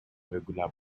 regular